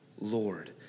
Lord